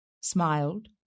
Smiled